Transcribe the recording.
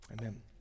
Amen